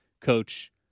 coach